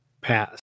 pass